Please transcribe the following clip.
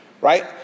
Right